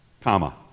comma